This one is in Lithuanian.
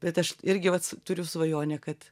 bet aš irgi vat turiu svajonę kad